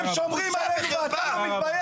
הם שומרים עליך, אתה לא מתבייש?